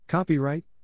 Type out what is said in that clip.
Copyright